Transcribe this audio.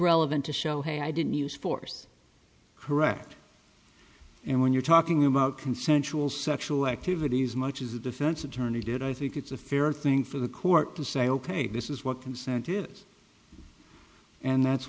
relevant to show hey i didn't use force correct and when you're talking about consensual sexual activity as much as the defense attorney did i think it's a fair thing for the court to say ok this is what consent is and that's